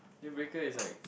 deal breaker is like